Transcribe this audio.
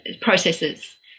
processes